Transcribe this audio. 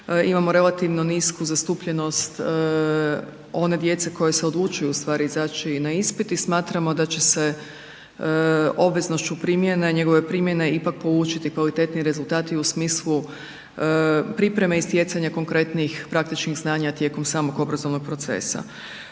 imamo relativno nisu zastupljenost one djece koja se odlučuju ustvari izaći na ispit i smatramo da će se obveznošću primjene, njegove primjene ipak polučiti kvalitetniji rezultati u smislu pripreme i stjecanja konkretnih praktičnih znanja tijekom samog obrazovnog procesa.